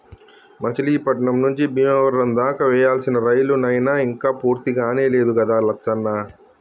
మచిలీపట్నం నుంచి బీమవరం దాకా వేయాల్సిన రైలు నైన ఇంక పూర్తికానే లేదు గదా లచ్చన్న